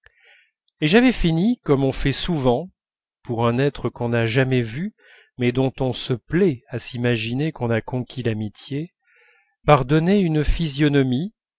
et j'avais fini comme on fait souvent pour un être qu'on n'a jamais vu mais dont on se plaît à s'imaginer qu'on a conquis l'amitié par donner une physionomie